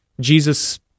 Jesus